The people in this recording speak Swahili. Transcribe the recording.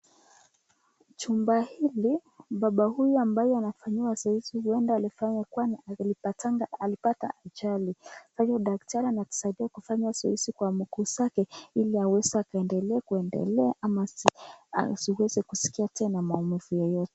Chumba hili baba huyu ambaye anafanyiwa zoezi huenda alipata ajali. Huyu daktari anamsaidia kufanya zoezi kwa mguu zake ili aweze akaendelea kuendelea ama asiweze kuskia tena maumivu yeyote.